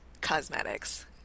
cosmetics